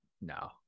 no